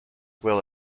will